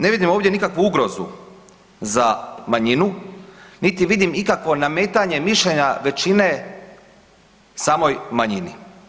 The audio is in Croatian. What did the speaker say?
Ne vidim ovdje nikakvu ugrozu za manjinu, niti vidim ikakvo nametanje mišljenja većine samoj manjini.